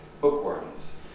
bookworms